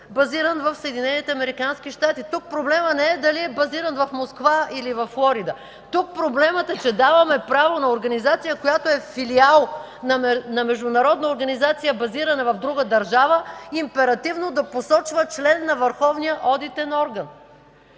от ГЕРБ.) Тук проблемът не е дали е базиран в Москва или Флорида. Тук проблемът е, че даваме право на организация, която е филиал на международна организация, базирана в друга държава, императивно да посочва член на върховния одитен орган.